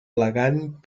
elegant